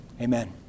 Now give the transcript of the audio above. Amen